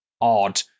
odd